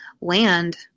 land